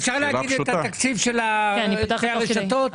אפשר להגיד את התקציב של שתי הרשתות?